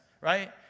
right